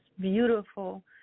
beautiful